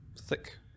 thick